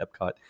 Epcot